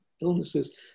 illnesses